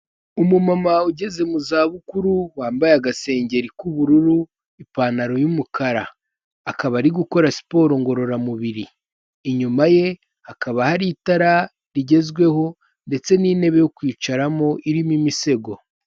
Umumama ugeze mu za bukuru, wambaye agasengeri k'ubururu, ipantaro y'umukara, akaba ari gukora siporo ngororamubiri, inyuma ye hakaba hari itara rigezweho, ndetse n'intebe yo kwicaramo irimo imisego.